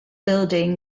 building